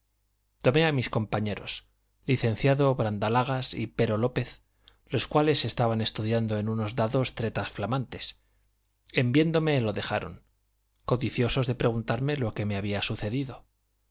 topé a mis compañeros licenciado brandalagas y pero lópez los cuales estaban estudiando en unos dados tretas flamantes en viéndome lo dejaron codiciosos de preguntarme lo que me había sucedido